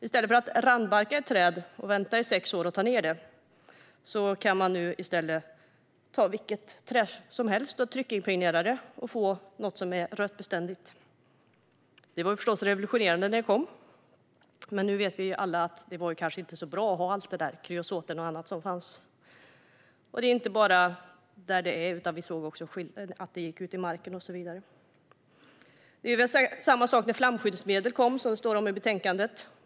I stället för att randbarka ett träd och vänta i sex år innan det tas ned kan vi ta vilket träd som helst och tryckimpregnera det och få fram något som är rötbeständigt. Tekniken var förstås revolutionerande när den kom, men nu vet vi alla att det inte var så bra med all kreosot som läckte ut i markerna och så vidare. Det var samma sak med flamskyddsmedel, som tas upp i betänkandet.